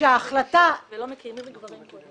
לא ידעתי שיהיה דיון כזה עמוס.